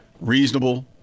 reasonable